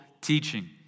teaching